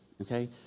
okay